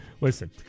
Listen